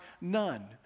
none